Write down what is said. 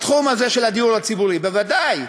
בתחום הזה של הדיור הציבורי, בוודאי.